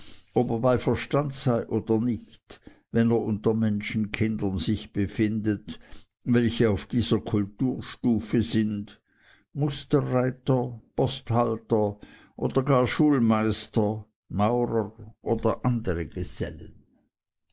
ob er bei verstand sei oder nicht wenn er unter menschenkindern sich befindet welche auf dieser kulturstufe sind musterreiter posthalter oder gar schulmeister maurer oder andere gesellen